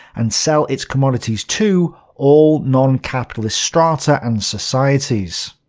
and sell its commodities to, all non-capitalist strata and societies.